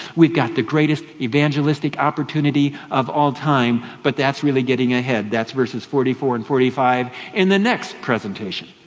we've got the greatest evangelistic opportunity of all time. but that's really getting ahead, that's verses forty four and forty five, in the next presentation.